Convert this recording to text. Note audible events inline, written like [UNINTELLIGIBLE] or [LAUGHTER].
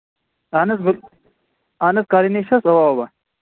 اَہن حظ [UNINTELLIGIBLE] اَہن حظ کَرٕنۍ ہے چھَس اَوا اَوا